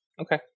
Okay